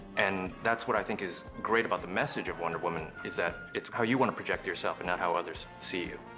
and that's what i think is great about the message of wonder woman, is that it's how you want to project yourself and not how others see you.